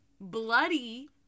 bloody